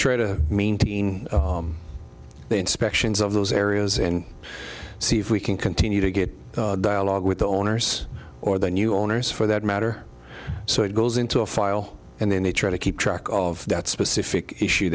try to maintain the inspections of those areas and see if we can continue to get dialogue with the owners or the new owners for that matter so it goes into a file and then they try to keep track of that specific issue